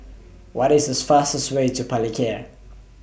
What IS The fastest Way to Palikir